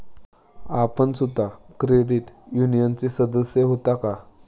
आपण सुद्धा क्रेडिट युनियनचे सदस्य होता का?